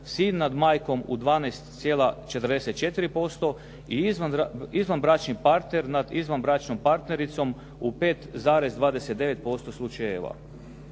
sin nad majkom u 12,44% i izvanbračni partner nad izvanbračnom partnericom u 5,29% slučajeva.